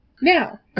now